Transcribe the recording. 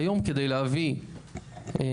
זה